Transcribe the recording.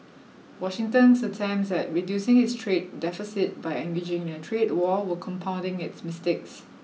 Washington's attempts at reducing its trade deficit by engaging in a trade war were compounding its mistakes